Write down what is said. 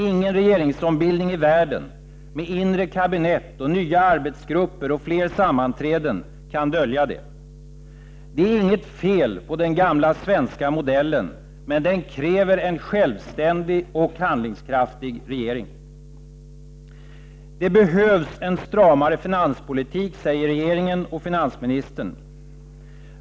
Ingen regeringsombildning i världen, med inre kabinett, nya arbetsgrupper och fler sammanträden, kan dölja det. Det är inget fel på den gamla svenska modellen, men den kräver en självständig och handlingskraftig regering. Det behövs en stramare finanspolitik, säger regeringen och finansministern.